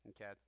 okay